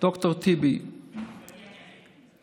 ד"ר טיבי, השכן.